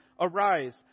Arise